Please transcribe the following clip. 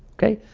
okay,